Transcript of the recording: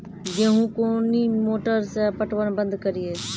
गेहूँ कोनी मोटर से पटवन बंद करिए?